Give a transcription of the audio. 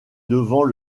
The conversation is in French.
devant